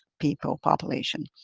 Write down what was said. people population.